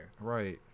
Right